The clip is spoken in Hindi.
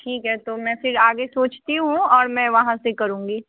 ठीक है तो मैं फिर आगे सोचती हूॅं और मैं वहाॅं से करूँगी